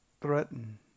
threaten